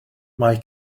mae